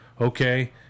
okay